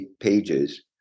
pages